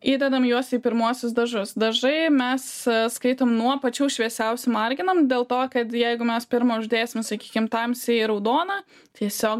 įdedam juos į pirmuosius dažus dažai mes skaitom nuo pačių šviesiausių marginam dėl to kad jeigu mes pirma uždėsim sakykim tamsiai raudoną tiesiog